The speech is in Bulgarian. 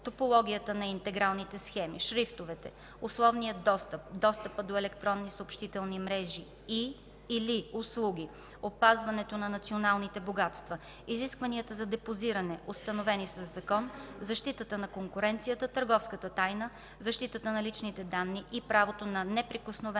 топологията на интегралните схеми, шрифтовете, условния достъп, достъпа до електронни съобщителни мрежи и/или услуги, опазването на националните богатства, изискванията за депозиране, установени със закон, защитата на конкуренцията, търговската тайна, защитата на личните данни и правото на неприкосновеност